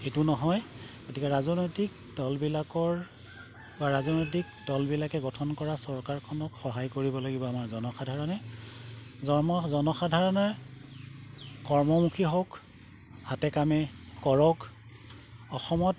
এইটো নহয় গতিকে ৰাজনৈতিক দলবিলাকৰ বা ৰাজনৈতিক দলবিলাকে গঠন কৰা চৰকাৰখনক সহায় কৰিব লাগিব আমাৰ জনসাধাৰণে জন্ম জনসাধাৰণে কৰ্মমুখী হওক হাতে কামে কৰক অসমত